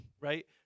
Right